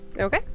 Okay